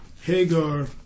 Hagar